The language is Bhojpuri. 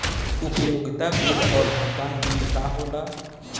उपयोगिता बिल और भुगतान बिल का होला?